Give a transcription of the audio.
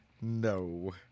no